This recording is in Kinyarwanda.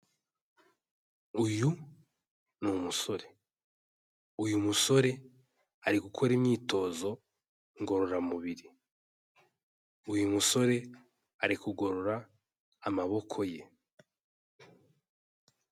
Uyu ni umusore, uyu musore ari gukora imyitozo ngororamubiri, uyu musore ari kugorora amaboko ye.